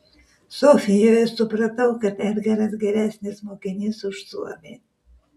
sofijoje supratau kad edgaras geresnis mokinys už suomį